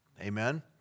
Amen